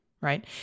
Right